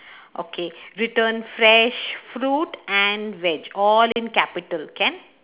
okay written fresh fruit and veg all in capital can